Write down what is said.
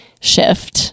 shift